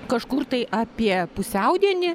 kažkur tai apie pusiaudienį